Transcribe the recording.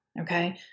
Okay